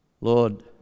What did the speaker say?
Lord